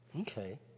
Okay